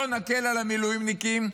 לא נקל על המילואימניקים,